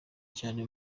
cyane